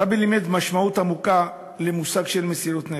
הרבי לימד משמעות עמוקה למושג מסירות נפש.